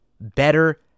Better